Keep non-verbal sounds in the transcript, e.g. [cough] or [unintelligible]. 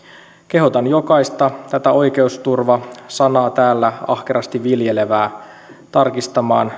kehotan jokaista oikeusturva sanaa täällä ahkerasti viljelevää tarkistamaan [unintelligible]